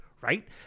Right